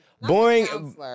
Boring